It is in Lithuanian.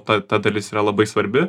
ta ta dalis yra labai svarbi